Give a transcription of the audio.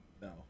No